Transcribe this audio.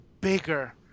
bigger